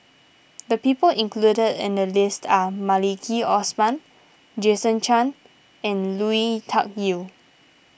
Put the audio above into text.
the people included in the list are Maliki Osman Jason Chan and Lui Tuck Yew